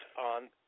on